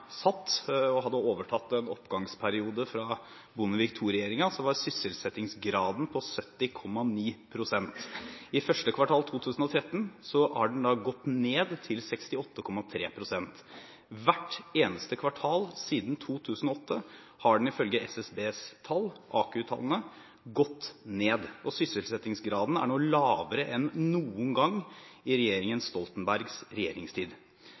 hadde overtatt en oppgangsperiode fra Bondevik II-regjeringen, var sysselsettingsgraden på 70,9 pst. I første kvartal 2013 har den gått ned til 68,3 pst. Ifølge SSBs tall, AKU-tallene, har sysselsettingsgraden gått ned hvert eneste kvartal siden 2008, og den er nå lavere enn noen gang i regjeringen Stoltenbergs regjeringstid.